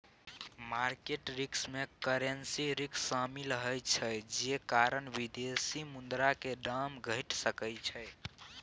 market risk में currency risk शामिल होइ छइ जे कारण विदेशी मुद्रा के दाम घइट सकइ छइ